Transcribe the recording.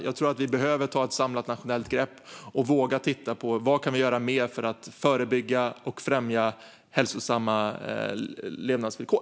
Jag tror att vi behöver ta ett samlat nationellt grepp och våga titta på vad vi kan göra mer för att förebygga sjukdom och främja hälsosamma levnadsvillkor.